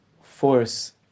force